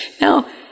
Now